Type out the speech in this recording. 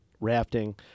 rafting